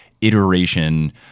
iteration